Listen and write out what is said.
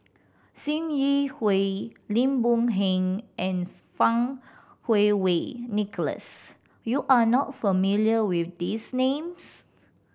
Sim Yi Hui Lim Boon Heng and Fang Kuo Wei Nicholas you are not familiar with these names